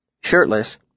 Shirtless